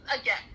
again